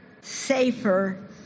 safer